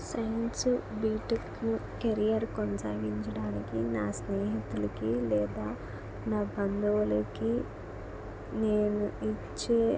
science బీటెక్లో career కొనసాగించడానికి నా స్నేహితులకి లేదా నా బంధువులకి నేను ఇచ్చే